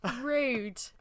Rude